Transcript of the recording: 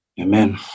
Amen